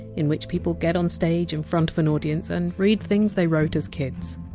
in which people get on stage in front of an audience and read things they wrote as kids.